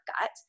gut